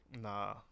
Nah